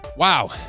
Wow